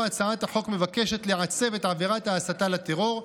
הצעת החוק מבקשת לעצב את עבירת ההסתה לטרור,